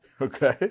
Okay